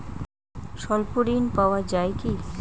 স্বল্প ঋণ পাওয়া য়ায় কি?